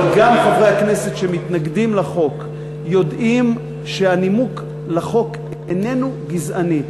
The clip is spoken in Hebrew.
אבל גם חברי הכנסת שמתנגדים לחוק יודעים שהנימוק לחוק איננו גזעני,